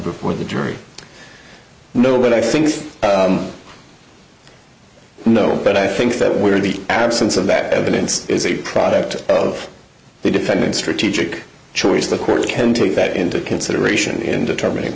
before the jury no but i think no but i think that where the absence of that evidence is a product of the defendant strategic choice the court can take that into consideration in determining